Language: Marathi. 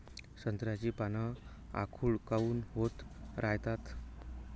संत्र्याची पान आखूड काऊन होत रायतात?